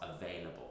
available